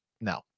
No